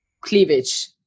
cleavage